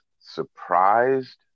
surprised